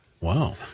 Wow